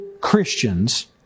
Christians